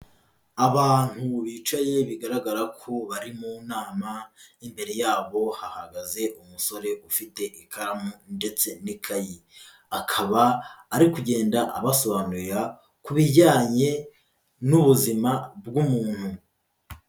Abantu bicaye bigaragara ko bari mu nama, imbere yabo hahagaze umusore ufite ikaramu ndetse n'ikayi. Akaba ari kugenda abasobanurira ku bijyanye n'ubuzima bw'umuntu.